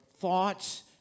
thoughts